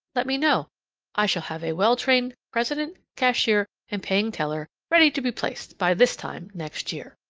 let me know i shall have a well-trained president, cashier, and paying teller ready to be placed by this time next year.